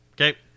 Okay